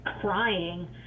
crying